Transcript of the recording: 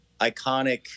iconic